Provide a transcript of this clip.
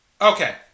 Okay